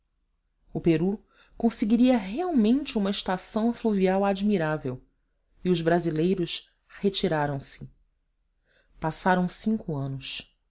o peru conseguira realmente uma estação fluvial admirável e os brasileiros retiraram-se passaram cinco anos